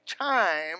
time